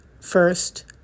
first